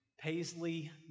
Paisley